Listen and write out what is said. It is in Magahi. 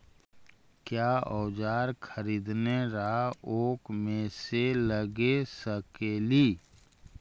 क्या ओजार खरीदने ड़ाओकमेसे लगे सकेली?